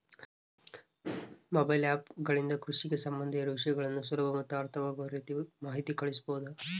Mobile app ಗಳಿಂದ ಕೃಷಿಗೆ ಸಂಬಂಧ ಇರೊ ವಿಷಯಗಳನ್ನು ಸುಲಭ ಮತ್ತು ಅರ್ಥವಾಗುವ ರೇತಿ ಮಾಹಿತಿ ಕಳಿಸಬಹುದಾ?